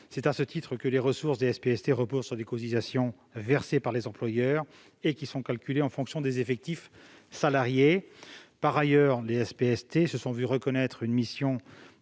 C'est à ce titre que les ressources des SPST reposent sur les cotisations versées par les employeurs, lesquelles sont calculées en fonction de leurs effectifs salariés. Par ailleurs, les SPST se sont vu reconnaître une mission